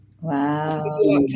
wow